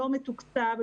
לא מתוקצב,